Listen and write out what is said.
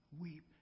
weep